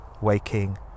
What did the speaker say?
waking